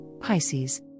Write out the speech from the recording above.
pisces